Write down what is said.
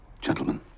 Gentlemen